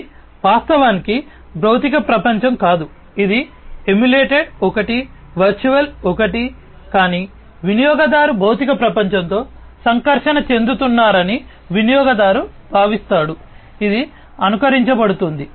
ఇది వాస్తవానికి భౌతిక ప్రపంచం కాదు ఇది ఎమ్యులేటెడ్ ఒకటి వర్చువల్ ఒకటి కానీ వినియోగదారు భౌతిక ప్రపంచంతో సంకర్షణ చెందుతున్నారని వినియోగదారు భావిస్తాడు ఇది అనుకరించబడుతోంది